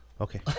Okay